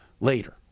later